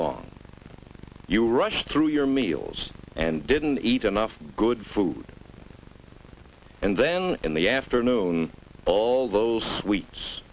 long you rush through your meals and didn't eat enough good food and then in the afternoon all those s